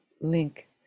link